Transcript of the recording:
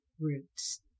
roots